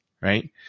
right